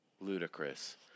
Ludicrous